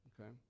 okay